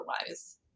otherwise